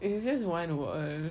it's just one wall